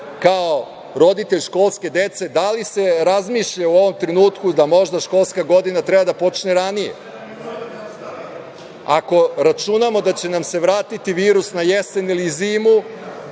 kao roditelj školske dece da li se razmišlja u ovom trenutku da možda školska godina treba da počne ranije? Ako računamo da će nam se vratiti virus na jesen ili zimu,